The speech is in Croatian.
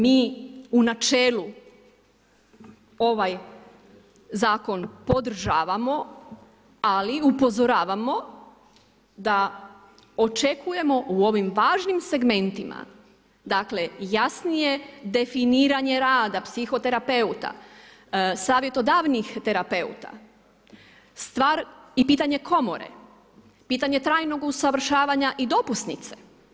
Mi u načelu ovaj zakon podržavamo, ali upozoravamo da očekujemo u ovim važnim segmentima, dakle jasnije definiranje rada psihoterapeuta, savjetodavnih terapeuta i pitanje komore, pitanje trajnog usavršavanja i dopusnice.